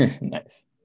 Nice